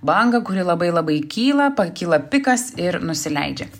bangą kuri labai labai kyla pakyla pikas ir nusileidžia